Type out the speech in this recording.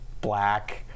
black